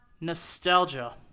Nostalgia